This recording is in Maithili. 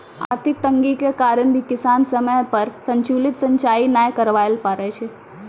आर्थिक तंगी के कारण भी किसान समय पर समुचित सिंचाई नाय करवाय ल पारै छै